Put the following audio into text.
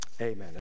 amen